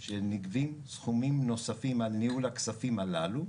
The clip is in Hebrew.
להסביר שנגבים סכומים נוספים על ניהול הכספים הללו,